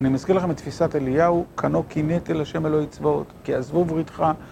אני מזכיר לכם את תפיסת אליהו, קנא קינאתי לשם אלוהי צבאות, כי עזבו בריתך.